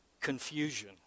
confusion